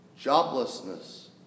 joblessness